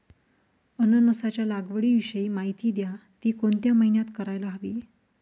अननसाच्या लागवडीविषयी माहिती द्या, ति कोणत्या महिन्यात करायला हवी?